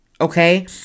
okay